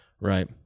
right